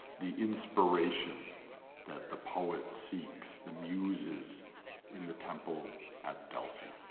the inspiration that the poet seeks the muses in the temple at delphi,